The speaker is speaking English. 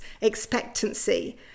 expectancy